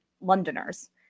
Londoners